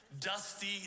dusty